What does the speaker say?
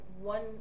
one